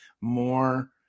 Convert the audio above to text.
more